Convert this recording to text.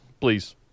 Please